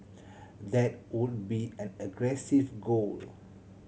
that would be an aggressive goal